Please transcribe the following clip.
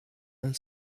een